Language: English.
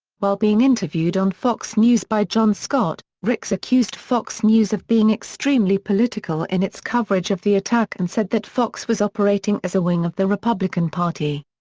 while being interviewed on fox news by jon scott, ricks accused fox news of being extremely political in its coverage of the attack and said that fox was operating as a wing of the republican party.